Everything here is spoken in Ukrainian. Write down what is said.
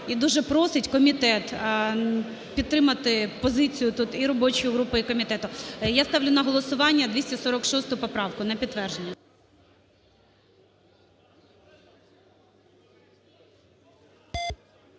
і дуже просить комітет підтримати позицію тут і робочої групи, і комітету. Я ставлю на голосування 246 поправку на підтвердження.